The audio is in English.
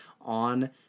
on